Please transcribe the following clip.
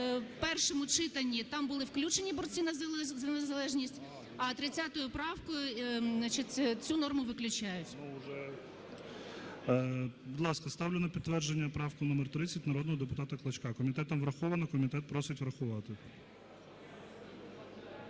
в першому читанні там були включені борці за незалежність, а 30 правкою цю норму виключають. ГОЛОВУЮЧИЙ. Будь ласка, ставлю на підтвердження правку номер 30 народного депутата Клочка. Комітетом врахована, комітет просить врахувати.